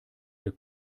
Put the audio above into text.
der